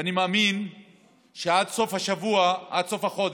ואני מאמין שעד סוף השבוע, עד סוף החודש,